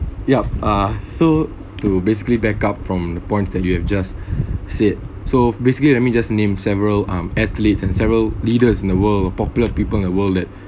yup uh so to basically backup from the points that you have just said so basically let me just named several um athletes and several leaders in the world popular people the world that